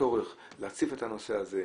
בצורך להציף את הנושא הזה,